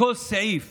כל סעיף